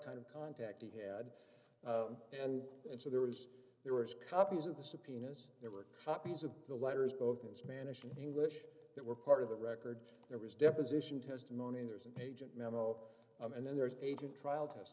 kind of contact he had and so there was there was copies of the subpoenas there were copies of the letters both in spanish and english that were part of the record there was deposition testimony there's an agent memo and then there is agent trial test